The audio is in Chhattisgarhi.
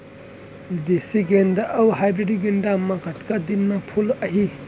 देसी गेंदा अऊ हाइब्रिड गेंदा म कतका दिन म फूल आही?